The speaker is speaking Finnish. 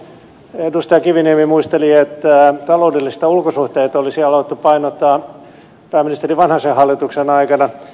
edustaja kiviniemi muisteli että taloudellisia ulkosuhteita olisi alettu painottaa pääministeri vanhasen hallituksen aikana